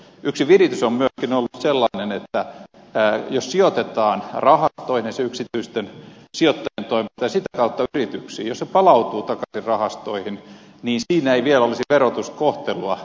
yksi viritys on myöskin ollut sellainen että jos sijoitetaan rahastoihin yksityisten sijoittajien toimesta ja sitä kautta yrityksiin ja jos rahoitus palautuu takaisin rahastoihin niin siinä ei vielä olisi verotuskohtelua